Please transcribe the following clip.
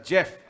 Jeff